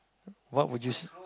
what would you say